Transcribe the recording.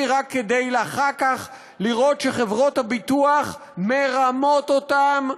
רק כדי אחר כך לראות שחברות הביטוח מרמות אותם,